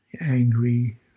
angry